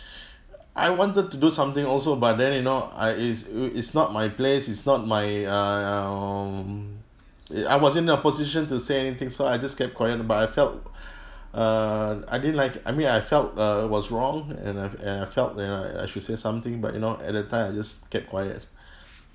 I wanted to do something also but then you know I is is not my place is not my um I wasn't in a position to say anything so I just kept quiet but I felt err I didn't like I mean I felt uh it was wrong and I felt and I felt that I should say something but you know at that time I just kept quiet